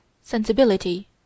Sensibility